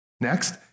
Next